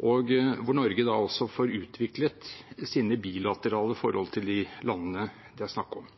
hvor Norge da også får også utviklet sine bilaterale forhold til de landene det er snakk om.